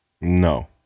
No